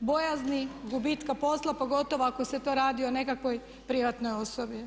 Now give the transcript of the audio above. bojazni, gubitka posla, pogotovo ako se to radi o nekakvoj privatnoj osobi.